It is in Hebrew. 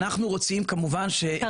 אנחנו חלק.